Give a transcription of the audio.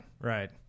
right